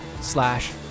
slash